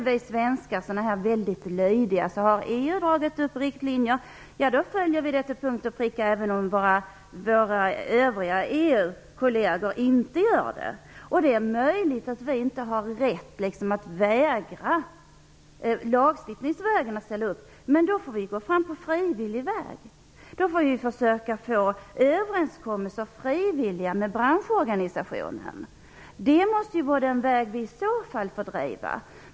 Vi svenskar är ju väldigt lydiga; om EU har dragit upp riktlinjer följer vi dem till punkt och pricka, även om våra EU-kolleger inte gör det. Det är möjligt att vi inte har rätt att vägra att gå med på lagstiftning, men då får vi gå fram på frivillig väg och försöka få till stånd frivilliga överenskommelser med branschorganisationen. Det är den vägen som vi i så fall måste gå.